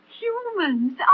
humans